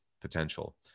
potential